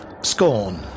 Scorn